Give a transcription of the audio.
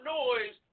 noise